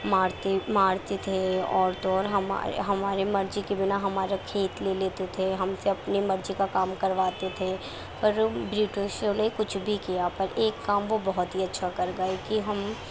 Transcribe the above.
مارتے مارتے تھے اور تو اور ہمارے مرضی کے بنا ہمارے کھیت لے لیتے تھے ہم سے اپنی مرضی کا کام کرواتے تھے پر برٹشوں نے کچھ بھی کیا پر ایک کام وہ بہت ہی اچھا کر گئے کہ ہم